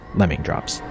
lemmingdrops